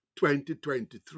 2023